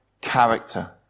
character